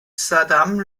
saddam